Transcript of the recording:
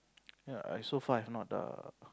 ya I so far I have not err